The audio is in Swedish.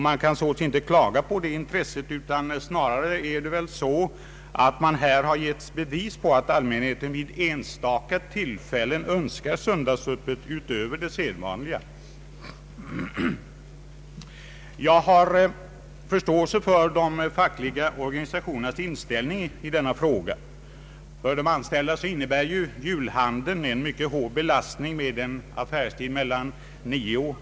Man kan således inte klaga på intresset, utan snarare är det väl så att man här har getts bevis på att allmänheten vid enstaka tillfällen önskar söndagsöppet utöver det sedvanliga. Jag har förståelse för de fackliga organisationernas inställning i denna fråga. För de anställda innebär julhandeln en mycket hård belastning med en affärstid mellan kl.